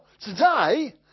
today